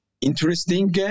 interesting